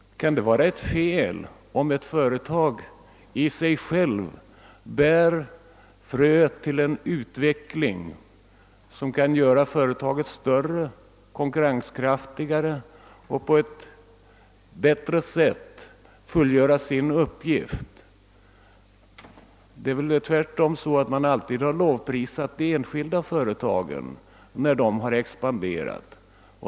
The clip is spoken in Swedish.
Kan det vara ett fel, om ett företag i sig självt bär fröet till en utveckling som kan göra företaget större och konkurrenskraftigare och sätta företaget i stånd att på ett bättre sätt full följa sin uppgift? Man har väl tvärtom alltid lovprisat de enskilda företagen när de har expanderat.